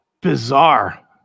Bizarre